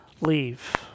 leave